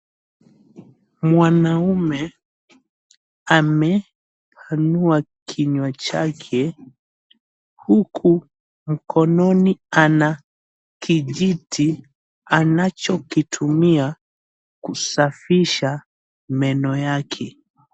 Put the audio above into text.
Mwanaume ameanua kinywa chake huku mkononi ana kijiti anachotumia kusafisha meno yake.